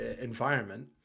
environment